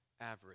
average